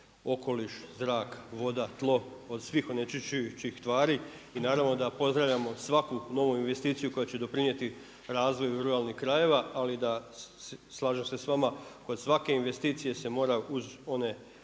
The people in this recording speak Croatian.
okoliš, zrak, voda, tlo, od svih onečišćujućih tvari i naravno da pozdravljamo svaku novu investiciju koja će doprinijeti razvoju ruralnih krajeva ali da, slažem se sa vama, kod svake investicije se mora uz one